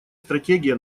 стратегия